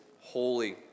holy